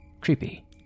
Creepy